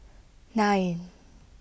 nine